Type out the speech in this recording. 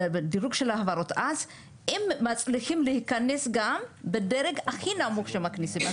אז אם מצליחים להיכנס גם אז בדרג הכי נמוך שמכניסים.